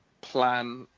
plan